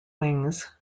wings